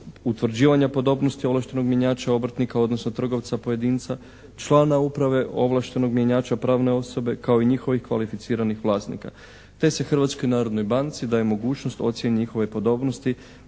utvrđivanja podobnosti ovlaštenog mjenjača obrtnika, odnosno trgovca pojedinca, člana uprave ovlaštenog mjenjača pravne osobe, kao i njihovih kvalificiranih vlasnika. Te se Hrvatskoj narodnoj banci daje mogućnost ocjene njihove podobnosti